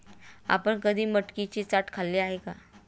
आपण कधी मटकीची चाट खाल्ली आहे का?